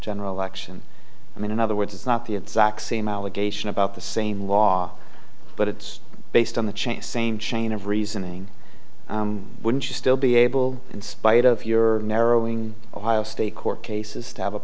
general election i mean in other words it's not the exact same allegation about the same law but it's based on the change same chain of reasoning wouldn't you still be able spite of your narrowing ohio state court cases to have a